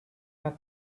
not